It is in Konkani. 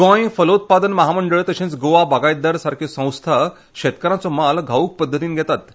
गोंय फलोत्पादन महामंडळ तशेंच गोवा बागायतदार सारक्यो संस्था शेतकारांचो म्हाल घाऊक पद्दतीन घेतात